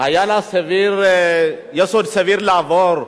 היה לה יסוד סביר לעבור,